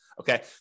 Okay